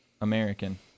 American